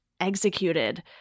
executed